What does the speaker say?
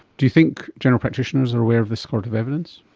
do you think general practitioners are aware of this sort of evidence?